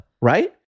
Right